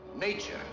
Nature